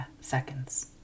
seconds